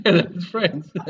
friends